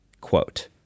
quote